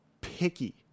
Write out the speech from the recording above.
picky